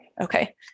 Okay